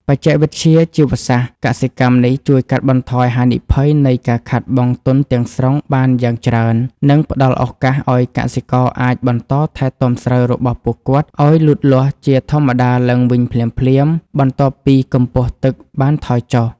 បច្ចេកវិទ្យាជីវសាស្ត្រកសិកម្មនេះជួយកាត់បន្ថយហានិភ័យនៃការខាតបង់ទុនទាំងស្រុងបានយ៉ាងច្រើន និងផ្តល់ឱកាសឱ្យកសិករអាចបន្តថែទាំស្រូវរបស់ពួកគាត់ឱ្យលូតលាស់ជាធម្មតាឡើងវិញភ្លាមៗបន្ទាប់ពីកម្ពស់ទឹកបានថយចុះ។